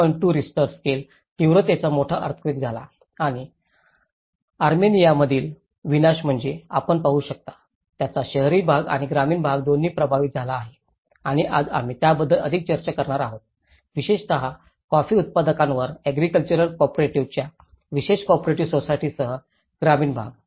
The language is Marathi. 2 रिश्टर स्केल तीव्रतेचा मोठा अर्थक्वेक झाला आणि आर्मेनियामधील विनाश म्हणजे आपण पाहू शकता याचा शहरी भाग आणि ग्रामीण भाग दोन्ही प्रभावित झाला आहे आणि आज आम्ही त्याबद्दल अधिक चर्चा करणार आहोत विशेषत कॉफी उत्पादकांवर ऍग्रिकल्चरल कॉपरेटिव्हच्या विशिष्ट कॉपरेटिव्ह सोसायटीसह ग्रामीण भाग